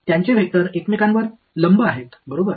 त्यांचे वेक्टर एकमेकांवर लंब आहेत बरोबर